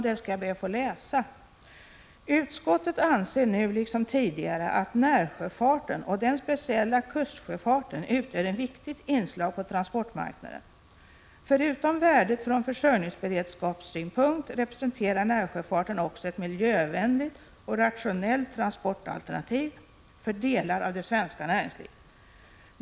Det skall jag be att få läsa upp: ”Utskottet anser nu, liksom tidigare, att närsjöfarten och den speciella kustsjöfarten utgör ett viktigt inslag på transportmarknaden. Förutom värdet från försörjningsberedskapssynpunkt representerar närsjöfarten också ett miljövänligt och ett rationellt transportalternativ för delar av det svenska näringslivet.